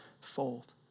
fold